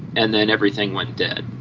and then everything went dead.